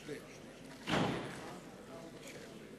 (חותם על ההצהרה)